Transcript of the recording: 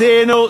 זה בלוף.